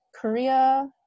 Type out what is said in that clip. Korea